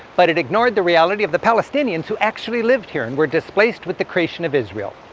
but it ignored the reality of the palestinians who actually lived here and were displaced with the creation of israel.